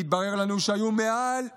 מתברר לנו שהיו למעלה מ-1,000,